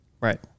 Right